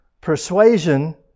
Persuasion